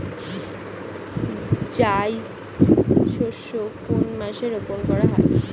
জায়িদ শস্য কোন মাসে রোপণ করা হয়?